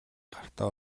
гартаа